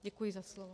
Děkuji za slovo.